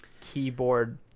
keyboard